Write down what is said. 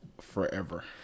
forever